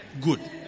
Good